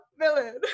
villain